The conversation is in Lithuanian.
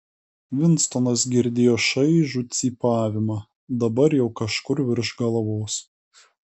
vinstonas girdėjo šaižų cypavimą dabar jau kažkur virš galvos